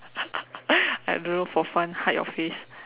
I don't know for fun hide your face